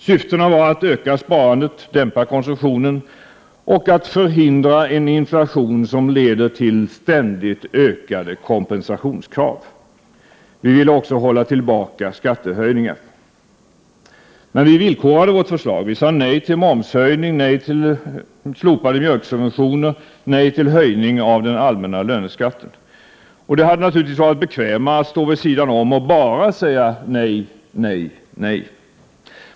Syftena var att öka sparandet och dämpa konsumtionen, att förhindra en inflation som leder till ständigt ökade kompensationskrav. Vi ville också hålla tillbaka skattehöjningar. Men vi villkorade vårt förslag, Vi sade nej till momshöjning, nej till slopade mjölksubventioner och nej till höjning av den allmänna löneskatten. Det hade naturligtvis varit bekvämare att stå vid sidan om och bara säga nej, nej och åter nej.